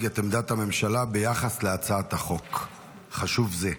את עמדת הממשלה ביחס להצעת חוק חשובה זו.